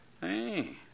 Hey